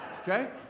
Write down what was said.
Okay